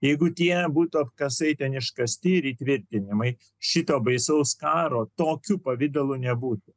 jeigu tie būtų apkasai ten iškasti ir įtvirtinimai šito baisaus karo tokiu pavidalu nebūtų